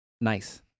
nice